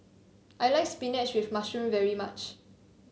I like spinach with mushroom very much